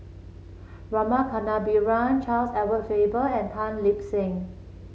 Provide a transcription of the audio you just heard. Rama Kannabiran Charles Edward Faber and Tan Lip Seng